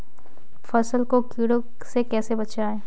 फसल को कीड़ों से कैसे बचाएँ?